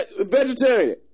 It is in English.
vegetarian